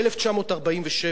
ב-1947,